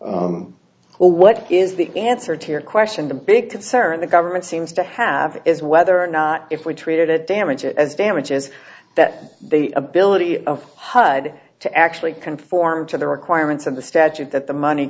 well what is the answer to your question the big concern the government seems to have is whether or not if we treated it damages as damages that they ability of hud to actually conform to the requirements of the statute that the money